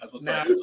Now